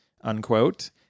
unquote